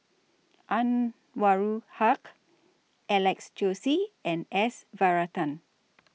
Anwarul Haque Alex Josey and S Varathan